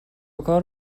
کار